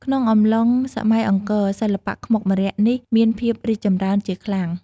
ក្នុងអំឡុងសម័យអង្គរ សិល្បៈខ្មុកម្រ័ក្សណ៍នេះមានភាពរីកចម្រើនជាខ្លាំង។